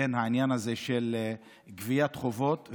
בין העניין הזה לגביית חובות.